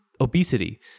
obesity